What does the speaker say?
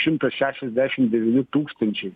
šimtas šešiasdešimt devyni tūkstančiai